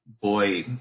boy